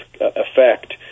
effect